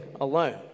alone